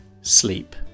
sleep